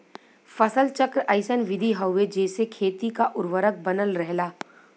फसल चक्र अइसन विधि हउवे जेसे खेती क उर्वरक बनल रहला